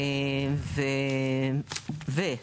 האם את נגד אימהות יחידנית?